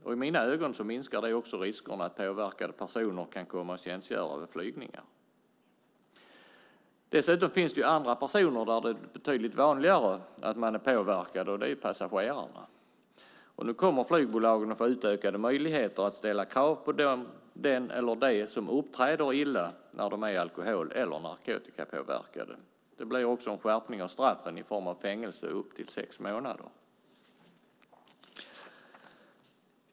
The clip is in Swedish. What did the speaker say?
I mina ögon minskar det också riskerna för att påverkade personer kan komma att tjänstgöra vid flygningar. Det är betydligt vanligare att det är andra personer som är påverkade, nämligen passagerarna. Nu kommer flygbolagen att få utökade möjligheter att ställa krav på den eller dem som uppträder illa när de är alkohol eller narkotikapåverkade. Det blir också en skärpning av straffen i form av fängelse i upp till sex månader.